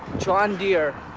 john deere.